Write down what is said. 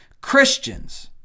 Christians